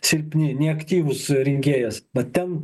silpni neaktyvus rinkėjas va ten